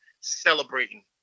celebrating